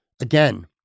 again